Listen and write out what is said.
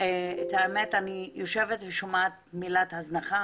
אני שומעת מילה: הזנחה.